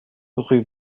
rue